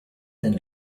den